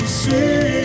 see